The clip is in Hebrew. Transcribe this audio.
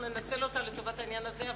אנחנו ננצל אותה לטובת העניין הזה,